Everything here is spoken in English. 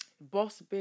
Boss